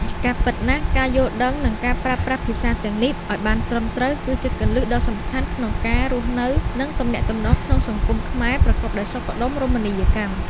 ជាការពិតណាស់ ការយល់ដឹង និងការប្រើប្រាស់ភាសាទាំងនេះឱ្យបានត្រឹមត្រូវ គឺជាគន្លឹះដ៏សំខាន់ក្នុងការរស់នៅ និងទំនាក់ទំនងក្នុងសង្គមខ្មែរប្រកបដោយសុខដុមរមណីយកម្ម។